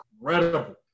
incredible